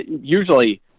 usually